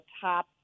top